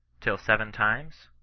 till seven times?